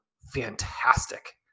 fantastic